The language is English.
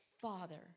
Father